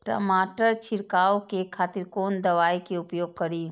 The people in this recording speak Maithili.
टमाटर छीरकाउ के खातिर कोन दवाई के उपयोग करी?